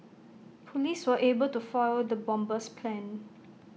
Police were able to foil the bomber's plan